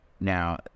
now